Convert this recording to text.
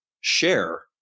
share